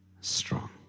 strong